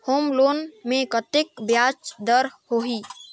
Home loan मे कतेक ब्याज दर होही?